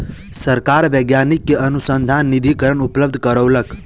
सरकार वैज्ञानिक के अनुसन्धान निधिकरण उपलब्ध करौलक